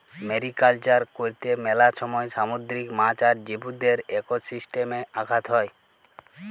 mariculture করত্যে মেলা সময় সামুদ্রিক মাছ আর জীবদের একোসিস্টেমে আঘাত হ্যয়